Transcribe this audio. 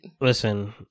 listen